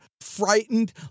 frightened